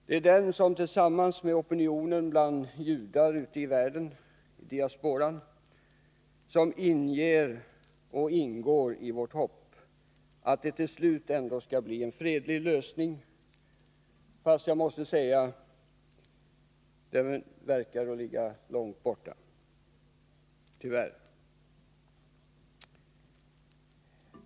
Det är den som, tillsammans med opinionen bland judar ute i världen, diasporan, inger oss hopp om att det till slut ändå skall bli en fredlig lösning. Fast jag måste säga att den tyvärr verkar ligga långt borta.